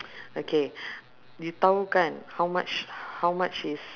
okay you tahu kan how much how much is